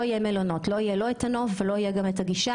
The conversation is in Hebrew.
יהיה נוף ולא תהיה גישה.